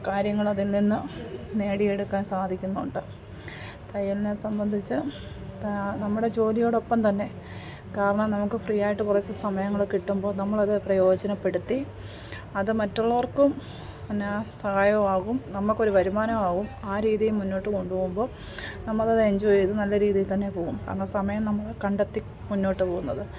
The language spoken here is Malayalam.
കാര്യങ്ങൾ അതിൽ നിന്ന് നേടിയെടുക്കാൻ സാധിക്കുന്നുണ്ട് തയ്യലിനെ സംബന്ധിച്ച് നമ്മുടെ ജോലിയോടൊപ്പം തന്നെ കാരണം നമുക്ക് ഫ്രീ ആയിട്ട് കുറച്ച് സമയം കൂടെ കിട്ടുമ്പോൾ നമ്മൾ അത് പ്രയോജനപ്പെടുത്തി അത് മറ്റുള്ളവർക്കും എന്നാ സഹായം ആവും നമുക്കൊരു വരുമാനവും ആവും ആ രീതിയിൽ മുന്നോട്ട് കൊണ്ടുപോകുമ്പോൾ നമ്മൾ അത് എഞ്ചോയ് ചെയ്ത് നല്ല രീതിയിൽ തന്നെ പോവും കാരണം സമയം നമ്മൾ കണ്ടെത്തി മുന്നോട്ട് പോകുന്നത്